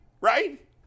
right